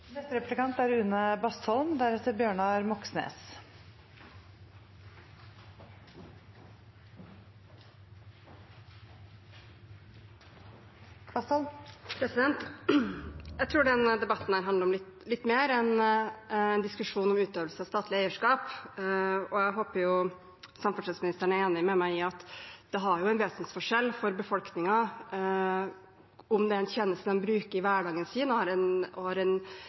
er. Jeg tror denne debatten handler om litt mer enn diskusjonen om utøvelse av statlig eierskap. Og jeg håper samferdselsministeren er enig med meg i at det er en vesensforskjell for befolkningen om det er snakk om en tjeneste de bruker i hverdagen og har en nær avhengighet til at fungerer godt, eller om det f.eks. er Statoil som har